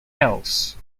else